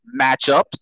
matchups